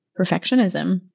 perfectionism